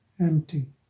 Empty